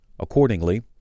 Accordingly